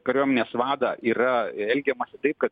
kariuomenės vadą yra elgiamasi taip kad